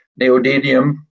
neodymium